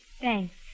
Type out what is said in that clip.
Thanks